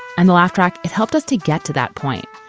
and the laugh track, it helped us to get to that point.